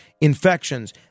Infections